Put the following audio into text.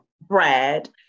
Brad